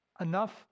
enough